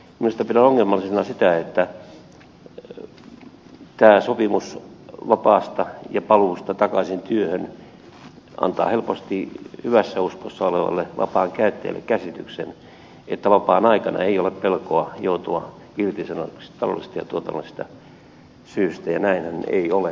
pidän ongelmallisena sitä että tämä sopimus vapaasta ja paluusta takaisin työhön antaa helposti hyvässä uskossa olevalle vapaan käyttäjälle käsityksen että vapaan aikana ei ole pelkoa joutua irtisanotuksi taloudellisista ja tuotannollisista syistä ja näinhän ei ole